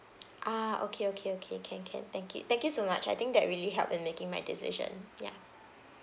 ah okay okay okay can can thank you thank you so much I think that really help in making my decision ya